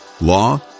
law